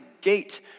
gate